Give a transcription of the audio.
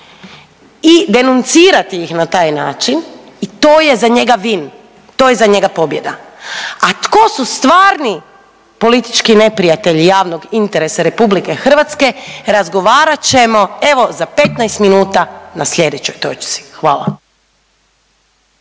i denuncirati ih na taj način i to je za njega win, to je za njega pobjeda. A tko su stvarni politički neprijatelji javnog interesa RH razgovarat ćemo evo za 15 minuta na sljedećoj točci. Hvala.